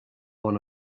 one